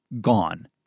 gone